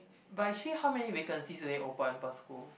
but actually how many vacancies do they open per school